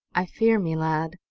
i fear me, lad,